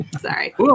Sorry